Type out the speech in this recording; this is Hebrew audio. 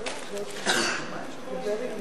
לוועדת העבודה,